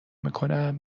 میکنم